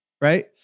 right